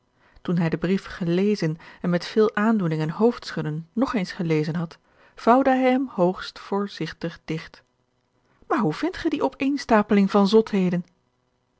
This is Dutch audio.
toen hij den brief gelezen en met veel aandoening en hoofdschudden nog eens gelezen had vouwde hij hem hoogst voorzigtig digt maar hoe vindt ge die opeenstapeling van zotheden